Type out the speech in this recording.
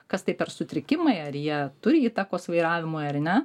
kas tai per sutrikimai ar jie turi įtakos vairavimui ar ne